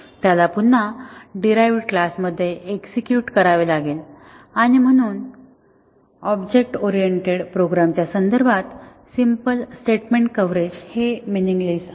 त्याला पुन्हा derived class मध्ये एक्झेक्युट करावे लागेल आणि म्हणून ऑब्जेक्ट ओरिएंटेड प्रोग्रामच्या संदर्भात सिम्पल स्टेटमेंट कव्हरेज हे मिनिंगलेस आहे